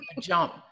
jump